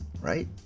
right